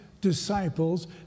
disciples